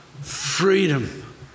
freedom